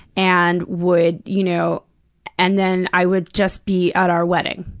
and would you know and then, i would just be at our wedding.